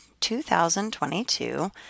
2022